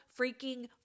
freaking